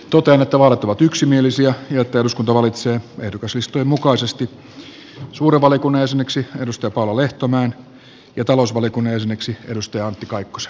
toutaimet vaalit ovat yksimielisiä ja että eduskunta valitsee ehdokaslistojen mukaisesti suuren valiokunnan jäseneksi paula lehtomäen ja talousvaliokunnan jäseneksi antti kaikkosi